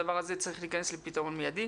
הדבר הזה צריך להיכנס לפתרון מיידי.